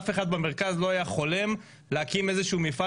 אף אחד במרכז לא היה חולם להקים איזשהו מפעל